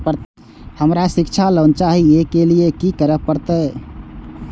हमरा शिक्षा लोन चाही ऐ के लिए की सब करे परतै?